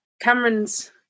Cameron's